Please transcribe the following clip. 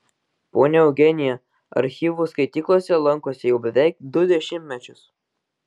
ponia eugenija archyvų skaityklose lankosi jau beveik du dešimtmečius